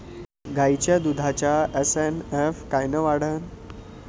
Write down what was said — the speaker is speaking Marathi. गायीच्या दुधाचा एस.एन.एफ कायनं वाढन?